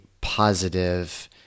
positive